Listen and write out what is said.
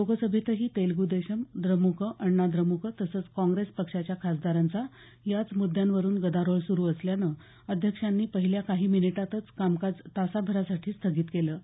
लोकसभेतही तेलगु देशम द्रमुक अण्णाद्रमुक तसंच काँग्रेस पक्षाच्या खासदारांचा याच मुद्यांवरुन गदारोळ सुरू असल्यानं अध्यक्षांनी पहिल्या काही मिनिटातच कामकाज तासाभरासाठी स्थगित केलं